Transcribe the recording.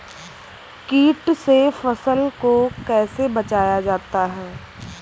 कीट से फसल को कैसे बचाया जाता हैं?